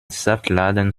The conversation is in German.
saftladen